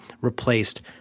replaced